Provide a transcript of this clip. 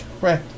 Right